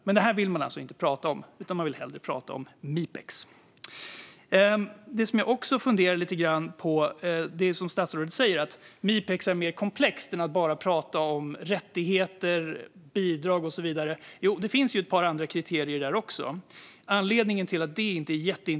Men detta vill man alltså inte prata om, utan man vill hellre prata om Mipex. Statsrådet säger att Mipex är mer komplext och inte bara handlar om rättigheter, bidrag och så vidare. Jo, det finns ett par andra kriterier också, men de är inte jätteintressanta i detta sammanhang.